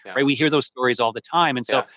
right? we hear those stories all the time and so,